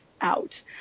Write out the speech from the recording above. out